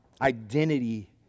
identity